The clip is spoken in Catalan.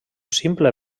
simple